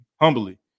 humbly